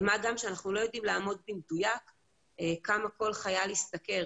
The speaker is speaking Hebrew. מה גם שאנחנו לא יודעים לאמוד במדויק כמה כל חייל השתכר